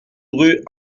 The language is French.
rue